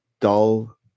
dull